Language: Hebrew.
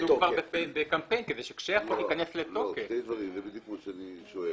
יתחילו כבר בקמפיין כדי שכאשר החוק ייכנס לתוקף ידעו איך לנהוג.